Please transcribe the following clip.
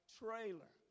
trailer